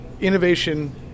Innovation